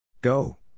Go